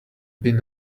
been